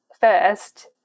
first